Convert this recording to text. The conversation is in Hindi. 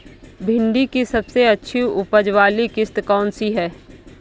भिंडी की सबसे अच्छी उपज वाली किश्त कौन सी है?